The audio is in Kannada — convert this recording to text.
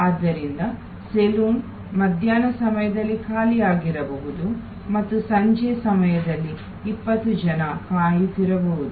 ಆದ್ದರಿಂದ ಸಲೂನ್ ಮಧ್ಯಾಹ್ನ ಸಮಯದಲ್ಲಿ ಖಾಲಿಯಾಗಿರಬಹುದು ಮತ್ತು ಸಂಜೆ ಸಮಯದಲ್ಲಿ 20 ಜನರು ಕಾಯುತ್ತಿರಬಹುದು